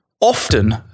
often